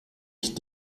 ich